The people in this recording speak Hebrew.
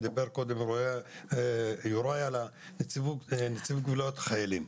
דיבר קודם יוראי על נציבות קבילות חיילים.